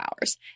hours